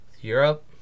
Europe